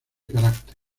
carácter